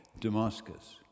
Damascus